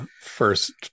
First